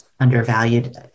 undervalued